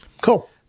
Cool